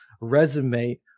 resume